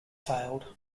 failed